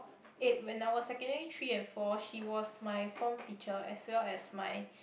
eh when I was secondary-three and four she was my form teacher as well as my